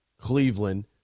Cleveland